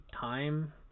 time